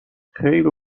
خیلی